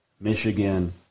Michigan